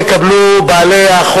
לאספות